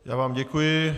Já vám děkuji.